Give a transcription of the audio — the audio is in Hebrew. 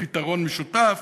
בפתרון משותף,